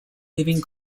living